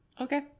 Okay